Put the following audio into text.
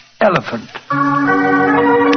Elephant